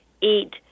eat